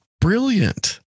brilliant